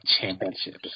championships